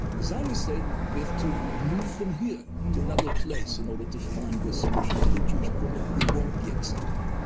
the zionists said, we have to move from here to another place, in order to find a solution for the jewish problem. we won't be accepted,